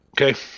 Okay